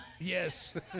Yes